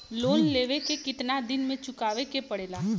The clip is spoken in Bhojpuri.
लोन लेवे के कितना दिन मे चुकावे के पड़ेला?